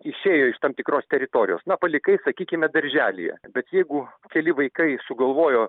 išėjo iš tam tikros teritorijos na palikai sakykime darželyje bet jeigu keli vaikai sugalvojo